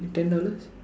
ten dollars